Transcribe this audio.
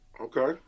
Okay